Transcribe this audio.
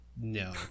no